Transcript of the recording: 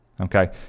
okay